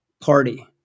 party